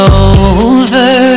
over